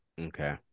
Okay